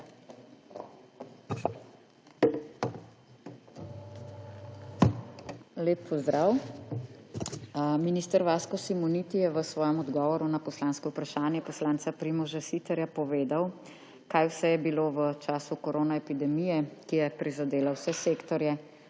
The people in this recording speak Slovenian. Lep pozdrav! Minister Vasko Simoniti je v svojem odgovoru na poslansko vprašanje poslanca Primoža Siterja povedal, kaj vse je bilo v času koronaepidemije, ki je prizadela vse sektorje,